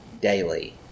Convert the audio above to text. daily